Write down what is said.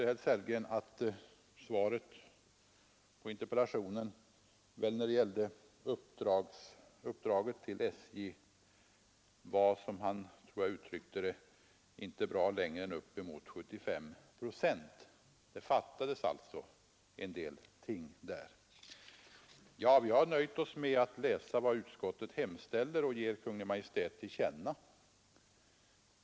Herr Sellgren tyckte att svaret på interpellationen när det gällde uppdraget till SJ, som han uttryckte det, inte var bra längre än till upp emot 75 procent. Det fattades alltså en del ting. Vi har nöjt oss med att läsa vad utskottet hemställer att riksdagen skall ge Kungl. Maj:t till känna.